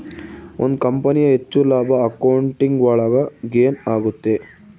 ಒಂದ್ ಕಂಪನಿಯ ಹೆಚ್ಚು ಲಾಭ ಅಕೌಂಟಿಂಗ್ ಒಳಗ ಗೇನ್ ಆಗುತ್ತೆ